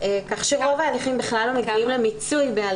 כך שרוב ההליכים בכלל לא מגיעים למיצוי.